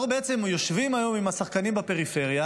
אנחנו בעצם יושבים היום עם השחקנים בפריפריה,